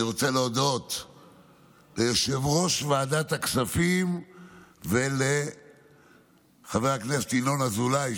אני רוצה להודות ליושב-ראש ועדת הכספים ולחבר הכנסת ינון אזולאי,